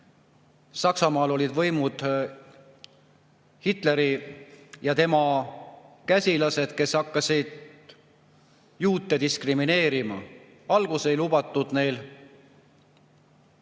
Saksamaal olid võimul Hitler ja tema käsilased, kes hakkasid juute diskrimineerima. Alguses ei lubatud neil